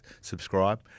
subscribe